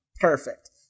perfect